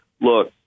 look